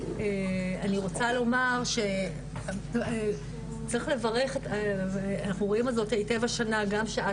אני רוצה לומר שצריך לברך אנחנו רואים זאת היטב השנה גם ששאת